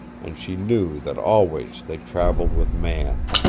and she knew that always they traveled with man.